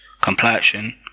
Complexion